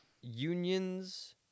Unions